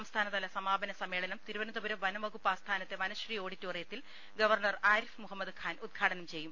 സംസ്ഥാനതല സമാപന സ്മ്മേളനം തിരുവ നന്തപുരം വനം വകുപ്പ് ആസ്ഥാനത്തെ വനശ്രീ ഓഡിറ്റോറിയ ത്തിൽ ഗവർണർ ആരിഫ് മുഹമ്മദ് ഖ്യാൻ ഉദ്ഘാടനം ചെയ്യും